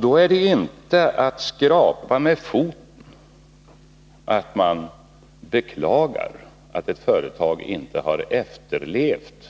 Då är det inte att skrapa med foten, att man beklagar att ett företag inte har efterlevt